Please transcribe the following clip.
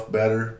better